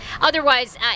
otherwise